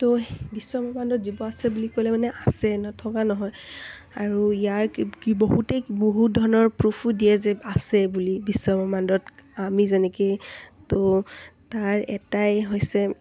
ত' বিশ্ব ব্ৰহ্মাণ্ডত জীৱ আছে বুলি ক'লে মানে আছে নথকা নহয় আৰু ইয়াৰ কি বহুতেই বহুত ধৰণৰ প্ৰুফো দিয়ে যে আছে বুলি বিশ্বব্ৰক্ষ্মাণ্ডত আমি যেনেকৈ ত' তাৰ এটাই হৈছে